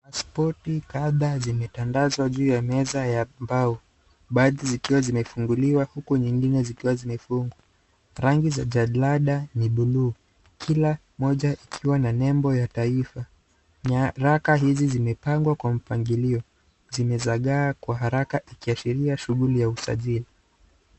Passports kadhaa zimetandazwa juu ya meza ya mbao, baadhi zikiwa zimefunguliwa huku nyingine zikiwa zimefungwa. Rangi za jadala ni bluu, kila mmoja ikiwa na nembo ya taifa. Nyaraka hizi zimepangwa kwa mpangilio; zimezagaa kwa haraka ikiashiria shughuli ya usajili.